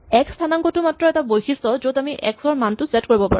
x স্হানাংকটো মাত্ৰ এটা বৈশিষ্ট য'ত আমি এক্স ৰ মান ছেট কৰিব পাৰো